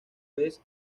vez